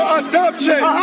adoption